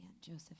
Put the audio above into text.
Joseph